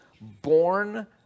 born